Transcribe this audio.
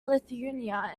lithuania